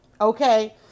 Okay